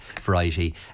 variety